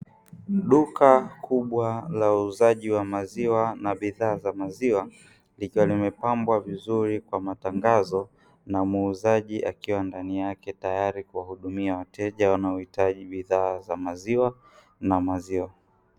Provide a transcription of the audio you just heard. Duka kubwa la uuzaji wa maziwa na bidhaa za maziwa likiwa limepambwa vizuri kwa matangazo na muuzaji akiwa ndani yake tayari kuhudumia wateja wanaohitaji bidhaa za maziwa na maziwa.